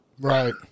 Right